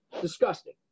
Disgusting